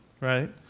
right